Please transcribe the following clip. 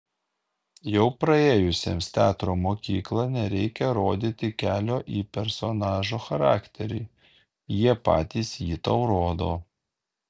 jau praėjusiems teatro mokyklą nereikia rodyti kelio į personažo charakterį jie patys jį tau rodo